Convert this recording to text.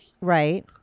Right